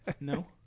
No